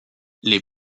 les